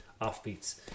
off-beats